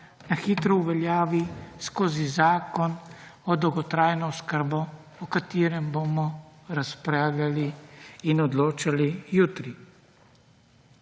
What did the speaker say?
to hitro uveljavi skozi Zakon o dolgotrajni oskrbo, o katerem bomo razpravljali in odločali jutri.